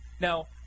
Now